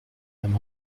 beim